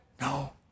No